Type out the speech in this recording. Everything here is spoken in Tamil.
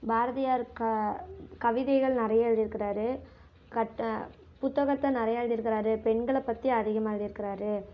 பாரதியார் க கவிதைகள் நிறையா எழுதியிருக்காரு கட் புத்தகத்தை நிறையா எழுதியிருக்காரு பெண்களை பற்றி அதிகமாக எழுதியிருக்காரு